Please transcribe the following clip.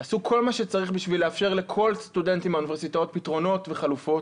עשו כל מה שצריך בשביל לאפשר לכל סטודנט פתרונות וחלופות.